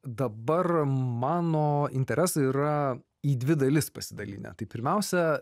dabar mano interesai yra į dvi dalis pasidalinę tai pirmiausia